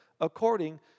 according